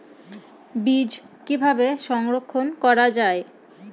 বীজ কিভাবে সংরক্ষণ করা যায়?